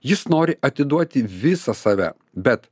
jis nori atiduoti visą save bet